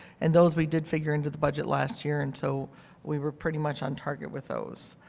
and those we didn't figure into the budget last year and so we were pretty much on target with those.